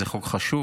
זה חוק חשוב,